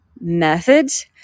methods